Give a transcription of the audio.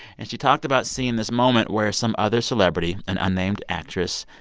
and she talked about seeing this moment where some other celebrity, an unnamed actress,